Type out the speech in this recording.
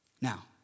Now